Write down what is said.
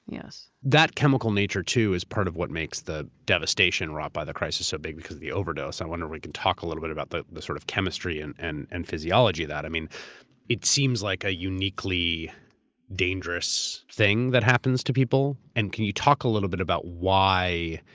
yes. that chemical nature too is part of what makes the devastation wrought by the crisis so big because of the overdose, i wonder if we can talk a little bit about the the sort of chemistry and and and physiology of that, i mean it seems like a uniquely dangerous thing that happens to people. and can you talk a little bit about why.